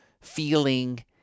feeling